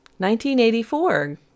1984